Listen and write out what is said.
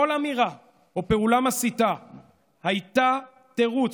כל אמירה או פעולה מסיתה הייתה תירוץ,